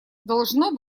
должно